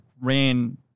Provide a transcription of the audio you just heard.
ran